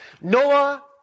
Noah